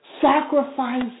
sacrifice